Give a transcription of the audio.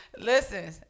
listen